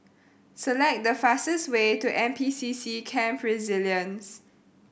select the fastest way to N P C C Camp Resilience